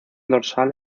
dorsal